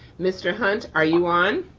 mr. hunt, are you on?